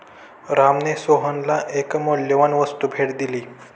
रामने सोहनला एक मौल्यवान वस्तू भेट दिली